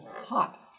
hot